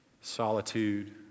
Solitude